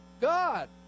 god